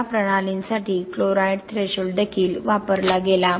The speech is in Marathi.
या प्रणालीसाठी क्लोराईड थ्रेशोल्ड देखील वापरला गेला